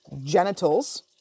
genitals